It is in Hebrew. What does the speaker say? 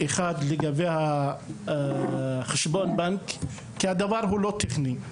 אחד, לגבי החשבון בנק, כי הדבר הוא לא תקני.